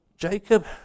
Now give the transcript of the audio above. Jacob